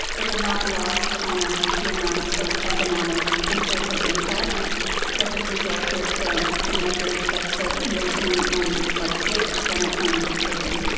it is not lost on us, the amount of economic and social impact that has resulted from the measures that the nation and our state and our county has taken.